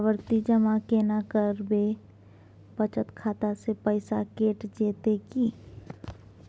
आवर्ति जमा केना करबे बचत खाता से पैसा कैट जेतै की?